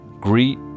Greet